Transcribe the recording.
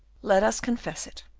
let us confess it,